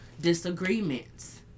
disagreements